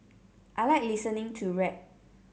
I like listening to rap